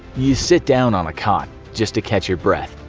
you sit down on a cot, just to catch your breath.